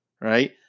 right